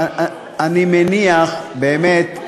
אני מניח באמת,